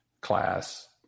class